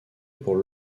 pour